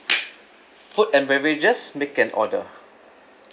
food and beverages make an order